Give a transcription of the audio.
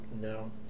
No